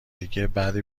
دیگه، بعد